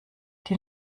die